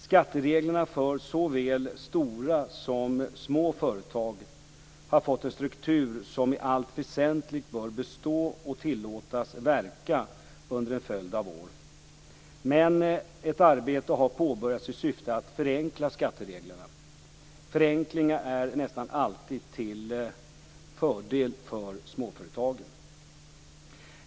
Skattereglerna för såväl stora som små företag har fått en struktur som i allt väsentligt bör bestå och tillåtas verka under en följd av år. Men ett arbete har påbörjats i syfte att förenkla skattereglerna. Förenklingar är nästan alltid till fördel för småföretagen.